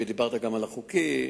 ודיברת גם על החוקי,